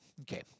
Okay